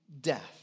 death